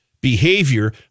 behavior